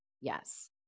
Yes